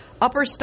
Upper